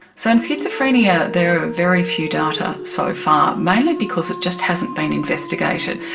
so in schizophrenia there are very few data so far, mainly because it just hasn't been investigated.